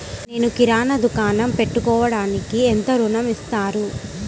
నేను కిరాణా దుకాణం పెట్టుకోడానికి ఎంత ఋణం ఇస్తారు?